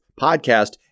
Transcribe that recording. podcast